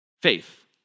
Faith